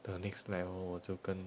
the next level 我就跟